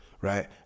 right